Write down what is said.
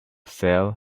sale